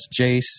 Jace